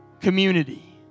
community